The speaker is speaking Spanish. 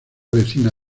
vecina